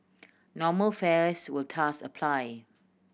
normal fares will thus apply